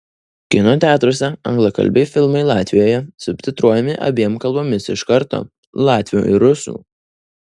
kino teatruose anglakalbiai filmai latvijoje subtitruojami abiem kalbomis iš karto latvių ir rusų